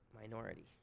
minority